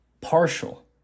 partial